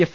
F